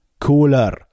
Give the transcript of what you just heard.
cooler